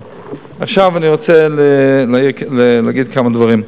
עכשיו אני רוצה להגיד כמה דברים.